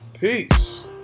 Peace